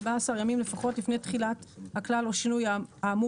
ארבעה עשר ימים לפחות לפני תחילת הכלל או השינוי האמור,